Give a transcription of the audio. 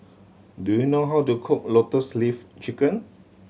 do you know how to cook Lotus Leaf Chicken